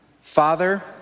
Father